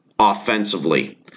Offensively